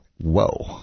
Whoa